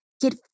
Get